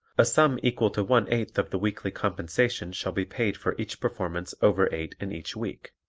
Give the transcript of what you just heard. a sum equal to one-eighth of the weekly compensation shall be paid for each performance over eight in each week.